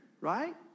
right